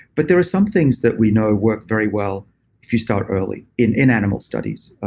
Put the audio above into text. but there are some things that we know work very well if you start early in in animal studies.